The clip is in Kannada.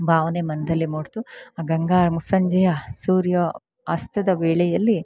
ಭಾವ್ನೇ ಮನದಲ್ಲಿ ಮೂಡಿತು ಆ ಗಂಗೆ ಮುಸ್ಸಂಜೆಯ ಸೂರ್ಯ ಅಸ್ತದ ವೇಳೆಯಲ್ಲಿ